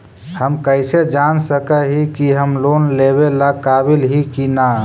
हम कईसे जान सक ही की हम लोन लेवेला काबिल ही की ना?